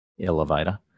elevator